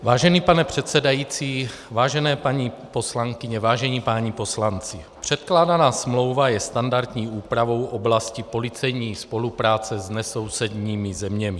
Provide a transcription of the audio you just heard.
Vážený pane předsedající, vážené paní poslankyně, vážení páni poslanci, předkládaná smlouva je standardní úpravou oblasti policejní spolupráce s nesousedními zeměmi.